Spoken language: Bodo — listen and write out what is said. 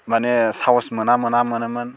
माने साहस मोना मोना मोनोमोन